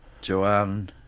Joanne